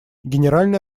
генеральная